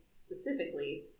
specifically